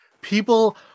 people